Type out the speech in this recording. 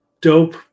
dope